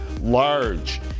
large